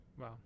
wow